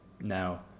Now